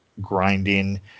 grinding